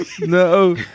No